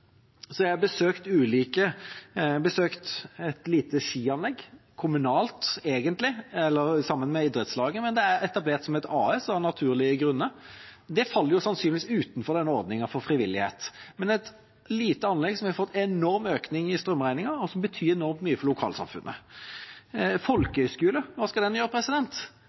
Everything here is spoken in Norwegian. har jeg besøkt ulike aktører. Jeg har besøkt et lite skianlegg. Det er egentlig kommunalt, men drives sammen med et idrettslag, men det er etablert som et AS, av naturlige grunner. Det faller sannsynligvis utenfor ordningen for frivilligheten. Det er et lite anlegg som har fått en enorm økning av strømregningen, og som betyr enormt mye for lokalsamfunnet. Folkehøgskoler – hva skal de gjøre?